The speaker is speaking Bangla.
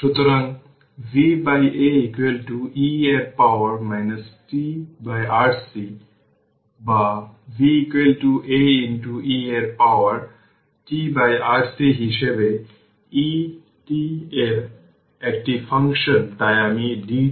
সুতরাং এটি হল ইকুয়েশন 9 vt v0 e এর পাওয়ার tRC এটি হল ইকুয়েশন 10